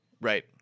Right